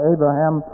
Abraham